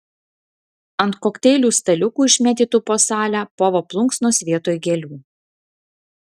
ant kokteilių staliukų išmėtytų po salę povo plunksnos vietoj gėlių